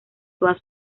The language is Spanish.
todas